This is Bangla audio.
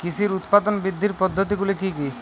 কৃষির উৎপাদন বৃদ্ধির পদ্ধতিগুলি কী কী?